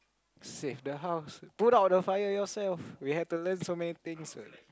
save the house put out the fire yourself we have to learn so many things